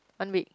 one week